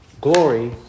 glory